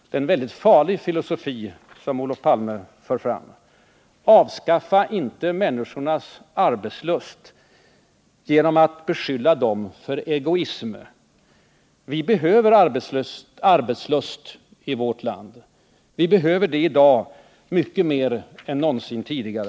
Det är en väldigt farlig filosofi som Olof Palme fört fram. Avskaffa inte människornas arbetslust genom att beskylla dem för egoism. Vi behöver arbetslust i vårt land. Vi behöver det i dag mycket mer än någonsin tidigare.